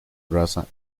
raza